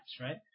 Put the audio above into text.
right